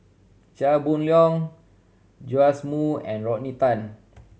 Chia Boon Leong Joash Moo and Rodney Tan